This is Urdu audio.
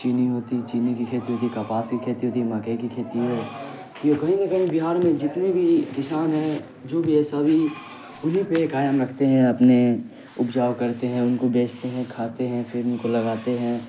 چینی ہوتی ہے چینی کی کھیتی ہوتی ہے کپاس کی کھیتی ہوتی ہے مکئی کی کھیتی ہے تو یہ کہیں نہ کہیں بہار میں جتنے بھی کسان ہیں جو بھی ہے سبھی انہی پہ قائم رکھتے ہیں یا اپنے اپجاؤ کرتے ہیں ان کو بیچتے ہیں کھاتے ہیں پھر ان کو لگاتے ہیں